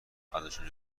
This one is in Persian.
ازشان